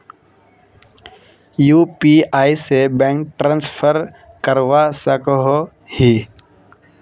UPI से bank transfer करवा सकोहो ही?